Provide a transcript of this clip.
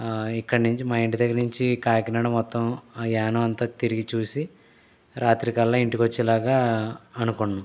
ఆ ఇక్కడ్నించి మా ఇంటి దగ్గర్నించి కాకినాడ మొత్తం యానమంతా తిరిగి చూసి రాత్రి కల్లా ఇంటికొచ్చేలాగా అనుకుంటున్నాం